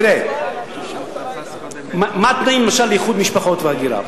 תראה, מה התנאים למשל לאיחוד משפחות והגירה?